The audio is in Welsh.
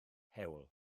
hewl